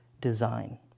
design